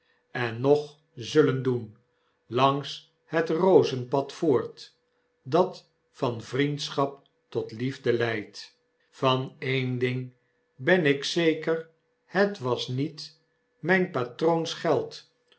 en nog zullen doen langs het rozenpad voort dat van vriendschap tot liefde leidt van een ding ben ik zeker het was niet nip